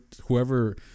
whoever